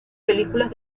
películas